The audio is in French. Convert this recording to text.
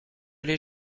les